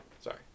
sorry